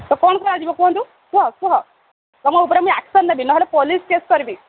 ତ କ'ଣ କରାଯିବ କୁହନ୍ତୁ କୁହ କୁହ ତୁମ ଉପରେ ମୁଇଁ ଆକ୍ସନ୍ ନେବି ନହେଲେ ପୋଲିସ୍ କେସ୍ କରିବି